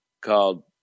called